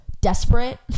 desperate